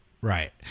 right